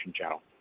channel